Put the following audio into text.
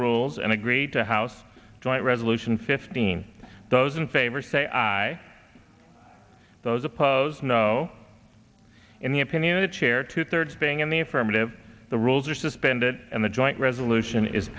rules and agree to house joint resolution fifteen those in favor say aye those oppose no in the opinion of the chair two thirds being in the affirmative the rules are suspended and the joint resolution is